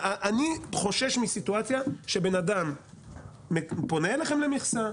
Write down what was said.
אני חושש מסיטואציה שבן אדם פונה אליכם למכסה,